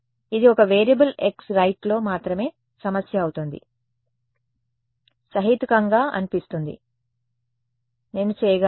ఇది ఒక variable x లో మాత్రమే సమస్య అవుతుంది సహేతుకంగా అనిపిస్తుంది నేను చేయగలను